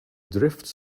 drifts